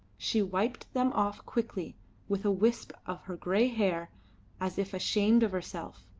she wiped them off quickly with a wisp of her grey hair as if ashamed of herself,